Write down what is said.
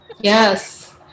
yes